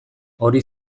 hori